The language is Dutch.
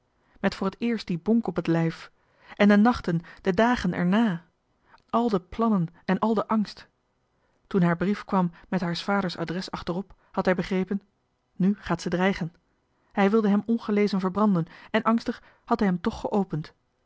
met voor het eerst die bonk op het lijf en de nachten de dagen erna al de plannen en al de angst toen haar brief kwam met haars vaders adres achterop had hij begrepen nu gaat ze dreigen hij wilde hem ongelezen verbranden en angstig had hij hem toch geopend